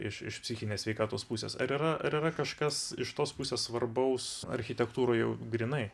iš iš psichinės sveikatos pusės ar yra ar yra kažkas iš tos pusės svarbaus architektūroj jau grynai